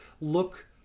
look